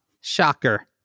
Shocker